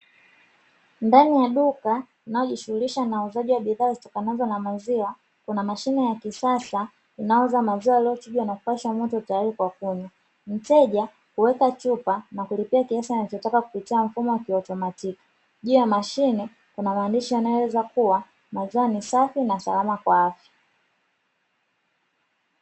Ndani ya duka linalojishughulisha na uuzaji wa bidhaa zitokanazo na maziwa, kuna mashine ya kisasa inayouza maziwa yaliyochujwa na kupashwa moto tayari kwa kunywa. Mteja huweka chupa na kulipia kiasi anachotaka kupitia mfumo wa kiautomatiki. Juu ya mashine kuna maandishi yanayoeleza kuwa maziwa ni safi na salama kwa afya.